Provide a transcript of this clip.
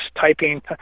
typing